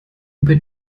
über